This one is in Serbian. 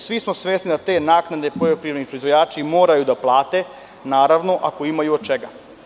Svi smo svesni da te naknade poljoprivredni proizvođači moraju da plate, naravno, ako imaju od čega.